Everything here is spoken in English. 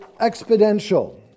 exponential